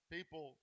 People